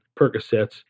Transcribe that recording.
Percocets